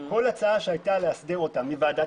כל הצעה שבאה על מנת לאסדר אותן מוועדת